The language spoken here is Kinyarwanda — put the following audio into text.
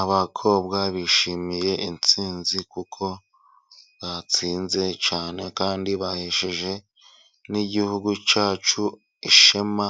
Abakobwa bishimiye insinzi kuko batsinze cyane kandi bahesheje n'igihugu cyacu ishema,